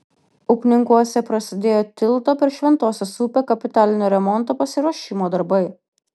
upninkuose prasidėjo tilto per šventosios upę kapitalinio remonto pasiruošimo darbai